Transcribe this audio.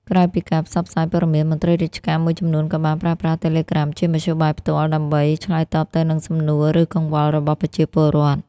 ក្រៅពីការផ្សព្វផ្សាយព័ត៌មាន មន្ត្រីរាជការមួយចំនួនក៏បានប្រើប្រាស់ Telegram ជាមធ្យោបាយផ្ទាល់ដើម្បី ឆ្លើយតបទៅនឹងសំណួរ ឬកង្វល់របស់ប្រជាពលរដ្ឋ។